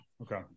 Okay